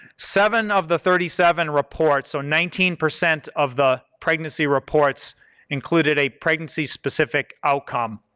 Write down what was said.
seven of the thirty seven reports, so nineteen percent of the pregnancy reports included a pregnancy specific outcome,